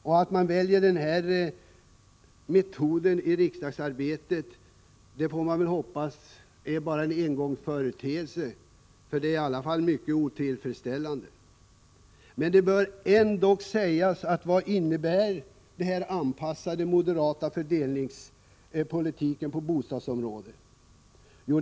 Att moderaterna väljer denna metod i riksdagsarbetet får man hoppas är en engångsföreteelse, men det är i alla fall mycket otillfredsställande. Man måste fråga sig vad den moderata fördelningspolitiken på bostadsområdet innebär.